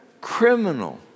criminal